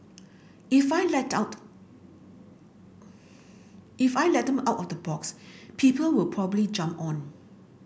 if I let out if I let them out of the box people will probably jump on